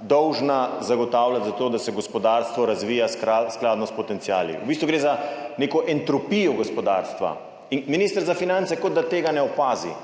dolžna zagotavljati za to, da se gospodarstvo razvija skladno s potenciali. V bistvu gre za neko entropijo gospodarstva. In minister za finance kot da tega ne opazi,